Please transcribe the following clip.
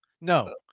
No